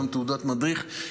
גם תעודת מדריך.